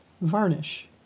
Varnish